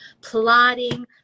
plotting